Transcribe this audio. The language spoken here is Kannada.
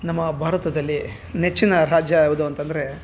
ನಮ್ಮ ಭಾರತದಲ್ಲಿ ನೆಚ್ಚಿನ ರಾಜ್ಯ ಯಾವುದು ಅಂತಂದರೆ